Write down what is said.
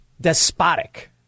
despotic